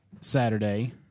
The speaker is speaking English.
Saturday